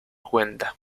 cuenta